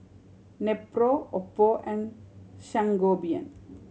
Nepro Oppo and Sangobion